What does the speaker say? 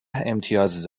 امتیاز